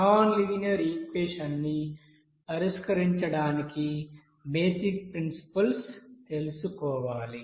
non linear equation ని పరిష్కరించడానికి basic principles తెలుసుకోవాలి